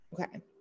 Okay